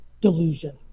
delusion